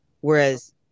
Whereas